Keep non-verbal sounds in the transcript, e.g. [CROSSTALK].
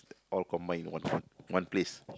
all combine one [NOISE] one place